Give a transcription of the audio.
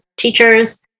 teachers